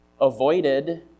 avoided